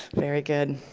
very good.